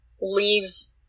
leaves